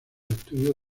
estudios